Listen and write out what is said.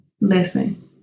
Listen